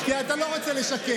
כי אתה לא רוצה לשקר.